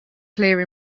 clear